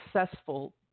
successful